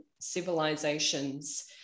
civilizations